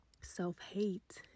self-hate